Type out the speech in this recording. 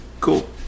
Cool